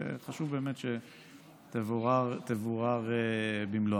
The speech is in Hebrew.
וחשוב באמת שתבורר במלואה.